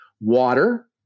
Water